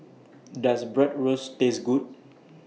Does Bratwurst Taste Good